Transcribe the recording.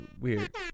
weird